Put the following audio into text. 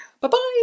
Bye-bye